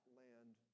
land